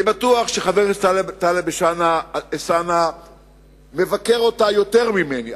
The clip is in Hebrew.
אני בטוח שחבר הכנסת טלב אלסאנע מבקר אותה יותר ממני,